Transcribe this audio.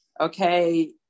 Okay